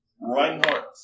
Reinhardt